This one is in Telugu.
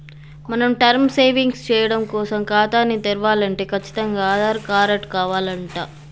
మనం టర్మ్ సేవింగ్స్ సేయడం కోసం ఖాతాని తెరవలంటే కచ్చితంగా ఆధార్ కారటు కావాలంట